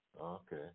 Okay